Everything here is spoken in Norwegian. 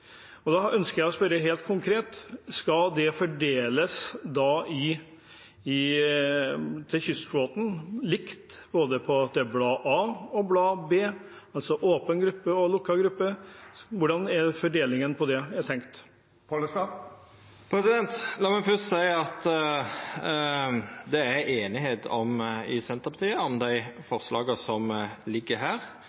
Da ønsker jeg å spørre helt konkret: Skal det da fordeles likt til kystflåten, både til blad A og blad B, altså åpen gruppe og lukket gruppe? Hvordan er fordelingen på det tenkt? La meg først seia at det er einigheit i Senterpartiet om